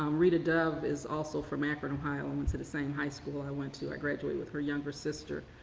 um rita dove is also from akron, ohio, and went to the same high school i went to i graduated with her younger sister.